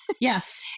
Yes